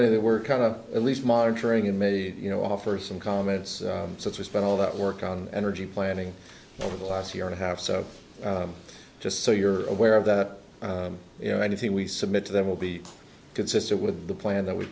it were kind of at least monitoring and maybe you know offer some comments since we spent all that work on energy planning over the last year and a half so just so you're aware of that you know anything we submit to them will be consistent with the plan that we